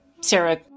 Sarah